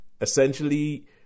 essentially